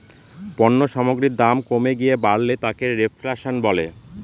পণ্য সামগ্রীর দাম কমে গিয়ে বাড়লে তাকে রেফ্ল্যাশন বলে